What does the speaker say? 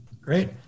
great